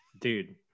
Dude